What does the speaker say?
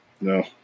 no